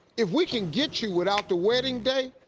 if we can get you without the wedding day,